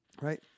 right